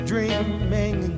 Dreaming